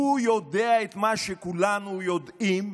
הוא יודע את מה שכולנו יודעים,